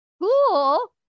Cool